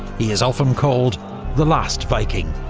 he is often called the last viking.